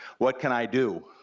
what can i do,